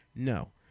No